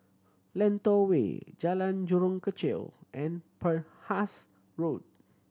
Lentor Way Jalan Jurong Kechil and Penhas Road